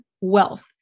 wealth